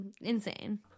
Insane